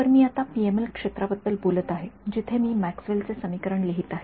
तर मी आता पीएमएल क्षेत्राबद्दल बोलत आहे जिथे मी हे मॅक्सवेल चे समीकरण लिहित आहे